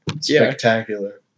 spectacular